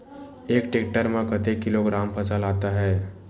एक टेक्टर में कतेक किलोग्राम फसल आता है?